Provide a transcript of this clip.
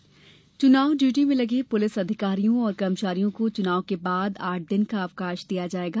police अवकाश चुनाव duty में लगे पुलिस अधिकारियों और कर्मचारियों को चुनाव बाद आठ दिन का अवकाश दिया जाएगा